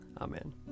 Amen